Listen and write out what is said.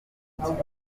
bakomeje